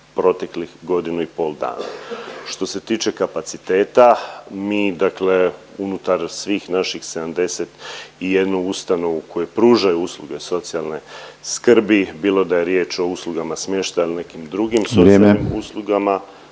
proteklih godinu i pol dana. Što se tiče kapaciteta, mi dakle unutar svih naših 71 ustanovu koje pružaju socijalne skrbi, bilo da je riječ o uslugama smještaja ili nekim drugim …/Upadica Penava: